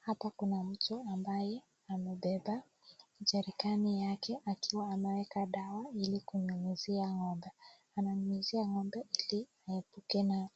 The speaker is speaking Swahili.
Hapa kuna mtu ambaye amebeba jerikani yake akiwa ameweka dawa ili kunyunyizia ng'ombe. Ananyunyizia ng'ombe ili aepuke na